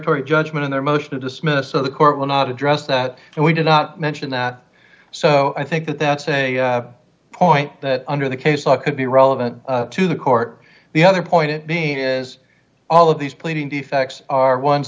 declaratory judgment in their motion to dismiss so the court will not address that and we did not mention that so i think that that's a point that under the case law could be relevant to the court the other point it being is all of these pleading defects are ones